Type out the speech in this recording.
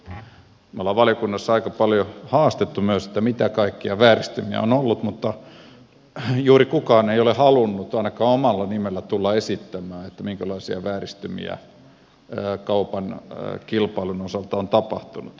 me olemme valiokunnassa aika paljon haastaneet myös että mitä kaikkea vääristymiä on ollut mutta juuri kukaan ei ole halunnut ainakaan omalla nimellään tulla esittämään minkälaisia vääristymiä kaupan kilpailun osalta on tapahtunut